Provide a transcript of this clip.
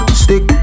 stick